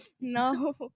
No